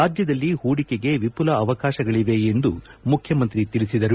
ರಾಜ್ಯದಲ್ಲಿ ಹೂಡಿಕೆಗೆ ವಿಮಲ ಅವಕಾಶಗಳಿವೆ ಎಂದು ಮುಖ್ಯಮಂತ್ರಿ ತಿಳಿಸಿದರು